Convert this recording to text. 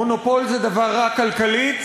מונופול זה דבר רע כלכלית.